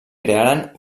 crearen